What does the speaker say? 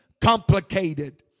complicated